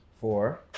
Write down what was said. Four